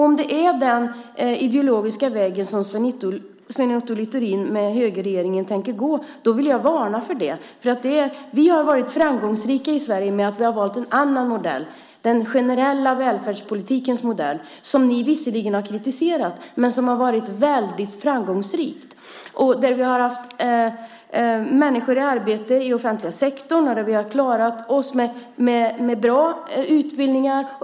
Om det är den ideologiska väg som Sven Otto Littorin med högerregeringen tänker gå vill jag varna för det. Vi har varit framgångsrika i Sverige genom att vi har valt en annan modell, den generella välfärdspolitikens modell. Ni har visserligen kritiserat den, men den har varit väldigt framgångsrik. Vi har haft människor i arbete i offentliga sektorn, och vi har klarat oss med bra utbildningar.